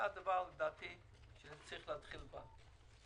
זה הדבר שלדעתי צריך להתחיל בו.